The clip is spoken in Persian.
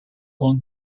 کنگ